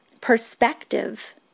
perspective